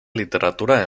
literatura